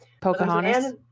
Pocahontas